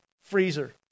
freezer